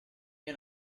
you